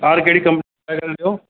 तार कहिड़ी कंपनी जी लॻाए था ॾियो